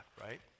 right